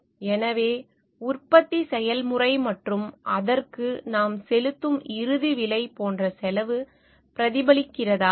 எனவே உற்பத்தி செயல்முறை மற்றும் அதற்கு நாம் செலுத்தும் இறுதி விலை போன்ற செலவு பிரதிபலிக்கிறதா